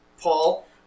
paul